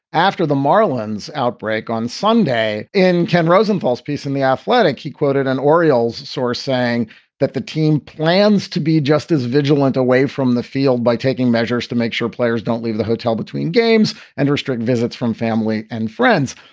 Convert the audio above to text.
after the marlins outbreak on sunday in ken rosenthal's piece in the atlantic, he quoted an orioles source saying that the team plans to be just as vigilant away from the field by taking measures to make sure players don't leave the hotel between games and restrict visits from family and friends.